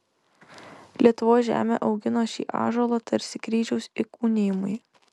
lietuvos žemė augino šį ąžuolą tarsi kryžiaus įkūnijimui